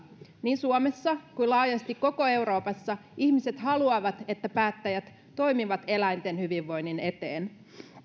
niin suomessa kuin laajasti koko euroopassa ihmiset haluavat että päättäjät toimivat eläinten hyvinvoinnin eteen